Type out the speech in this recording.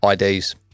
IDs